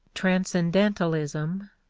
transcendentalism,